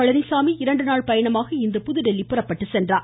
பழனிசாமி இரண்டு நாள் பயணமாக இன்று புதுதில்லி புறப்பட்டு சென்றுள்ளார்